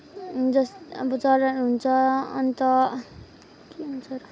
जस् अब चरा हुन्छ अन्त के भन्छ